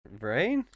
Right